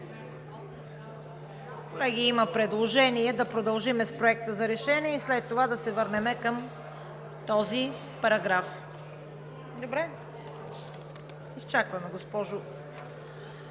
Колеги, има предложение да продължим с Проекта за решение и след това да се върнем към този параграф. Колеги, преминаваме към